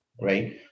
right